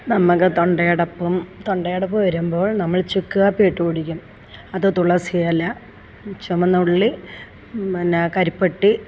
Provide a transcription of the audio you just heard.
നമുക്ക് തൊണ്ടയടപ്പും തൊണ്ടയടപ്പ് വരുമ്പോൾ നമ്മൾ ചുക്ക് കാപ്പി ഇട്ട് കുടിക്കും അത് തുളസി ഇല ചുവന്നുള്ളി പിന്നെ കരിപ്പട്ടി